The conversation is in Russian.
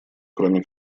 кроме